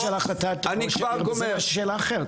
זו שאלה אחרת,